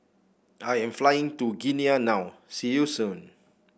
I am flying to Guinea now see you soon